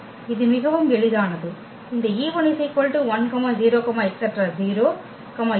இது மிகவும் எளிதானது இந்த e1 10 0 e2 010